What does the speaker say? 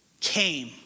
came